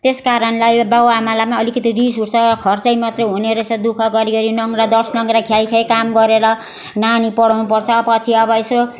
त्यस कारणले बाउ आमालाई अलिकति रिस उठ्छ खर्च मात्र हुने रहेछ दुःख गरी गरी नङ्ग्रा दस नङ्ग्रा खियाई खियाई काम गरेर नानी पढाउनु पर्छ पछि अब यसो